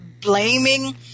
blaming